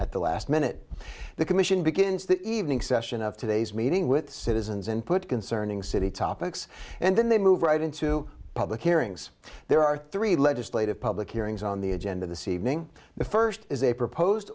at the last minute the commission begins the evening session of today's meeting with citizens and put concerning city topics and then they move right into public hearings there are three legislative public hearings on the agenda the sea being the first is a proposed